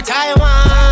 Taiwan